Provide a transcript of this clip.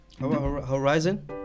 horizon